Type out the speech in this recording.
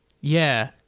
Yeah